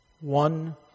one